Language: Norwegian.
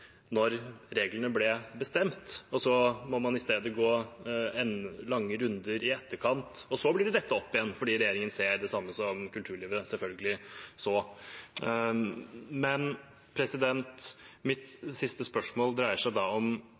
reglene ble bestemt. I stedet må man gå lange runder i etterkant, og så blir det rettet opp igjen fordi regjeringen ser det samme som kulturlivet selvfølgelig så. Mitt siste spørsmål dreier seg om